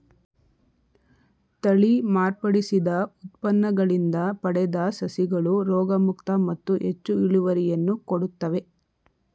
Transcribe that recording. ತಳಿ ಮಾರ್ಪಡಿಸಿದ ಉತ್ಪನ್ನಗಳಿಂದ ಪಡೆದ ಸಸಿಗಳು ರೋಗಮುಕ್ತ ಮತ್ತು ಹೆಚ್ಚು ಇಳುವರಿಯನ್ನು ಕೊಡುತ್ತವೆ